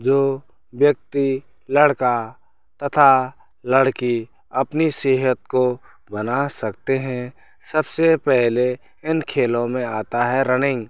जो व्यक्ति लड़का तथा लड़की अपनी सेहत को बना सकते हैं सबसे पहले इन खेलों में आता है रनिंग